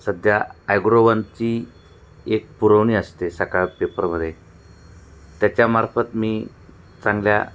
सध्या ॲग्रोवनची एक पुरवणी असते सकाळ पेपरमध्ये त्याच्यामार्फत मी चांगल्या